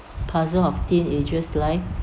parcel of teenager's life